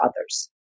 others